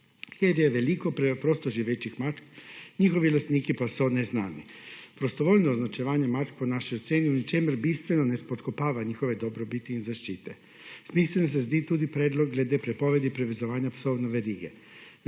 kjer je velik prosto živečih mačk, njihovi lastniki pa so neznani. Prostovoljno označevanje mačk po naši oceni v ničemer bistveno ne spodkopava njihove dobrobiti in zaščite. Smiseln se zdi tudi predlog glede prepovedi privezovanja psov na verige.